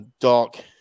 dark